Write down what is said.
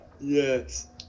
Yes